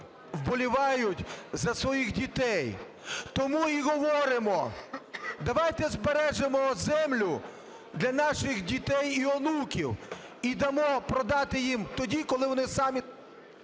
вболівають за своїх дітей. Тому і говоримо, давайте збережемо землю для наших дітей і онуків і дамо продати їм тоді, коли вони самі.